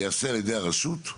שייעשה על ידי הרשות?